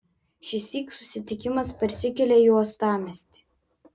šįsyk susitikimas persikelia į uostamiestį